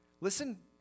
Listen